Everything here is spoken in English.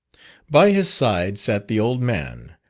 by his side sat the old man,